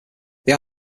they